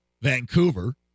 Vancouver